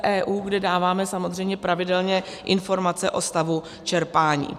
, kde dáváme samozřejmě pravidelně informace o stavu čerpání.